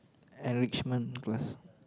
enrichment class